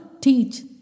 teach